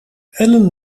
ellen